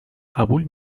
قبول